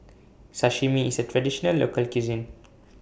Sashimi IS A Traditional Local Cuisine